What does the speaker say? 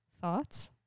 thoughts